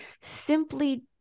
simply